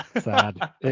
Sad